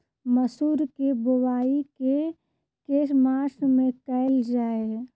मसूर केँ बोवाई केँ के मास मे कैल जाए?